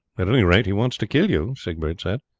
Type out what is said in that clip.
at any rate he wants to kill you, siegbert said.